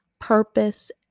purpose